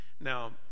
now